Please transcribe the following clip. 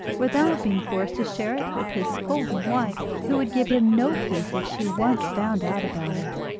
without being forced to share it with his scolding wife, who would give him no peace if she once found out about it.